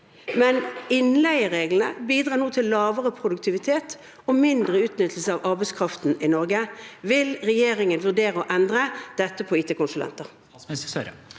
Innleiereglene bidrar nå til lavere produktivitet og mindre utnyttelse av arbeidskraften i Norge. Vil regjeringen vurdere å endre dette for IT-konsulenter?